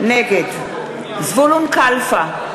נגד זבולון קלפה,